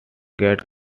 gets